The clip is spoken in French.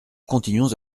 continuons